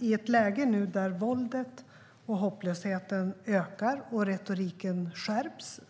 I ett läge där nu våldet och hopplösheten ökar och retoriken skärps